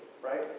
Right